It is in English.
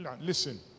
listen